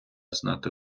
знати